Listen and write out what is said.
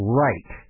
right